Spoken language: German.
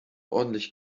ordentlich